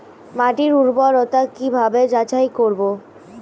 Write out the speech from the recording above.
মাটির উর্বরতা কি ভাবে যাচাই করব?